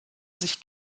sich